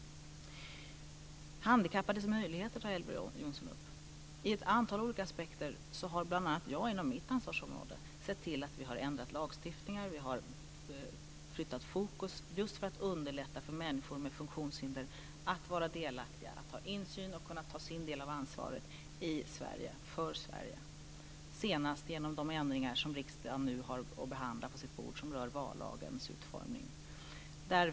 Elver Jonsson tar upp frågan om handikappades möjligheter. I ett antal olika aspekter har bl.a. jag inom mitt ansvarsområde sett till att vi har ändrat lagstiftningar och flyttat fokus just för att underlätta för människor med funktionshinder att vara delaktiga, ha insyn och kunna ta sin del av ansvaret i Sverige för Sverige. Det har senast skett genom de ändringar som rör vallagens utformning som riksdagen nu har på sitt bord att behandla.